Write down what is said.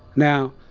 now,